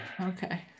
okay